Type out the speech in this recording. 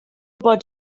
pot